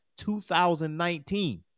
2019